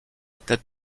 tête